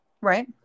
Right